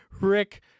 Rick